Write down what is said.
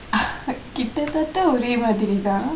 கிட்ட தட்ட ஒரே மாதிரி தான்:kitta thatta ore maathiri thaan